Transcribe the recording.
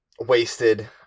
wasted